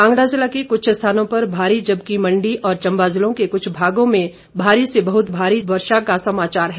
कांगड़ा ज़िला के कुछ स्थानों पर भारी जबकि मंडी और चंबा ज़िलों के कुछ भागों में भारी वर्षा का समाचार है